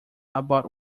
about